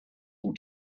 will